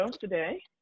today